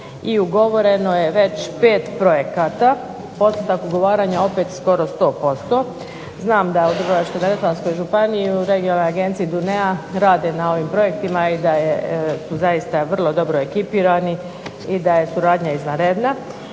i ugovoreno je već pet projekata. Postotak ugovaranja opet skoro 100%. Znam da u Dubrovačko-neretvansku županiju regionalnoj agenciji "Dunea" rade na ovim projektima i da su zaista vrlo dobro ekipirani i da je suradnja izvanredna.